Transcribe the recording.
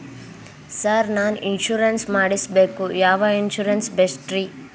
Sir ನಾನು insurance ಮಾಡಿಸಬೇಕು ಯಾವ ಇನ್ಶೂರೆನ್ಸ್ ಬೆಸ್ಟ್ರಿ?